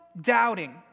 doubting